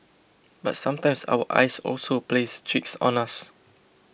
but sometimes our eyes also plays tricks on us